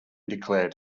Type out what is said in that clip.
declared